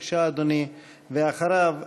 ואחריו,